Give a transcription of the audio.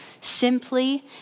simply